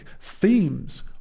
themes